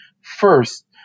First